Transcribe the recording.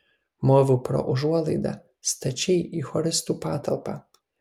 moviau pro užuolaidą stačiai į choristų patalpą